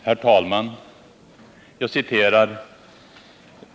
Herr talman!